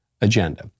agenda